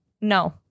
no